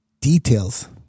details